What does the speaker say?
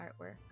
artwork